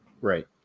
Right